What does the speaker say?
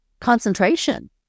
concentration